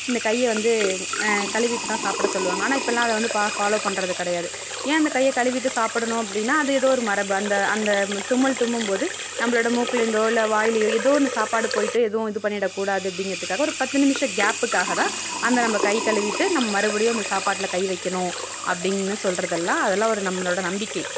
இந்த கையை வந்து கழிவிட்டு தான் சாப்பிட சொல்லுவாங்க ஆனால் இப்போலாம் அதை வந்து பா ஃபாலோ பண்ணுறது கிடையாது ஏன் அந்த கையை கழுவிவிட்டு சாப்பிடணும் அப்படின்னா அது எதோ ஒரு மரபு அந்த அந்த தும்மல் தும்பும்போது நம்பளோட மூக்குலந்தோ இல்லை வாயிலயோ எதோ ஒன்று சாப்பாடு போய்விட்டு எதுவும் இது பண்ணிடக்கூடாது அப்படிங்கறதுக்காக ஒரு பத்து நிமிஷ கேப்புக்காக தான் அந்த நம்ப கை கழுவிட்டு நம்ம மறுபடியும் அந்த சாப்பாட்டில் கை வைக்கணும் அப்படின்னு சொல்லுறதெல்லாம் அதெலாம் ஒரு நம்மளோட நம்பிக்கை